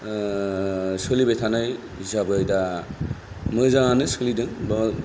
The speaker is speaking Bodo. सोलिबाय थानाय हिसाबै दा मोजाङानो सोलिदों बा